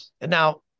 now